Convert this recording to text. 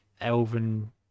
elven